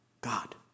God